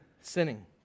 sinning